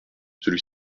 celui